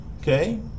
Okay